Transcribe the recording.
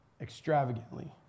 extravagantly